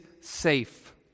safe